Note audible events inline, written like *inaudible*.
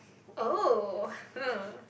oh *laughs*